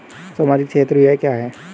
सामाजिक क्षेत्र व्यय क्या है?